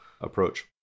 approach